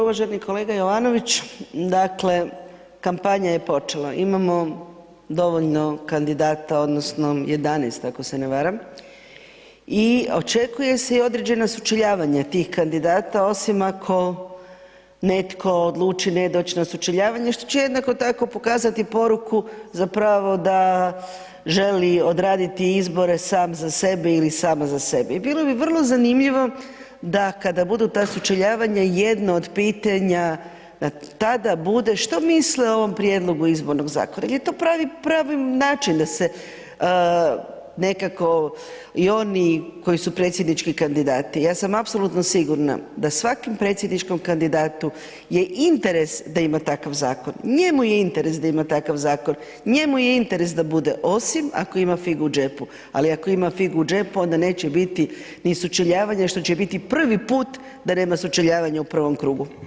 Uvaženi kolega Jovanović, dakle kampanja je počela, imamo dovoljno kandidata odnosno 11 ako se ne varam i očekuje se i određena sučeljavanja tih kandidata osim ako netko odluči ne doć na sučeljavanje što će jednako tako pokazati poruku zapravo da želi odraditi izbore sam za sebe ili sama za sebe i bilo bi vrlo zanimljivo da kada budu ta sučeljavanja jedno od pitanja da tada bude što misle o ovom prijedlogu izbornog zakona, jel je to pravi, pravi način da se nekako i oni koji su predsjednički kandidati, ja sam apsolutno sigurna da svakom predsjedničkom kandidatu je interes da ima takav zakon, njemu je interes da ima takav zakon, njemu je interes da bude osim ako ima figu u džepu, ali ako ima figu u džepu onda neće biti ni sučeljavanja što će biti prvi put da nema sučeljavanja u prvom krugu.